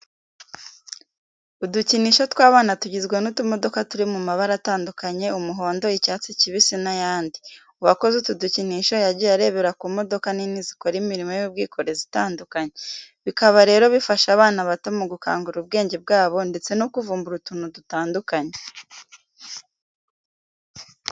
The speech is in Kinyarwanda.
Udukinisho tw'abana tugizwe n'utumodoka turi mu mabara atandukanye, umuhondo, icyatsi kibisi n'ayandi. Uwakoze utu dukinisho yagiye arebera ku modoka nini zikora imirimo y'ubwikorezi itandukanye. Bikaba rero bifasha abana bato mu gukangura ubwenge bwabo ndetse no kuvumbura utuntu dutandukanye.